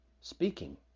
speaking